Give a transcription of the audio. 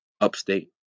upstate